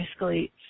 escalates